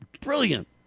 Brilliant